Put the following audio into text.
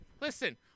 listen